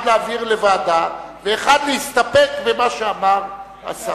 להעביר לוועדה, ואחת להסתפק במה שאמר השר.